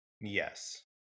yes